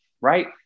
right